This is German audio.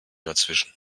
dazwischen